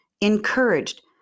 encouraged